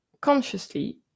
consciously